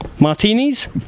Martinis